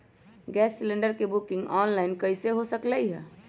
Gas cylinder के booking online कईसे हो सकलई ह?